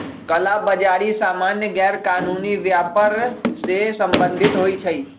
कला बजारि सामान्य गैरकानूनी व्यापर से सम्बंधित होइ छइ